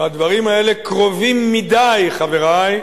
והדברים האלה קרובים מדי, חברי,